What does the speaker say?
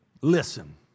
Listen